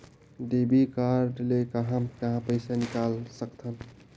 Debit card ले कहां कहां पइसा निकाल सकथन?